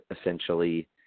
essentially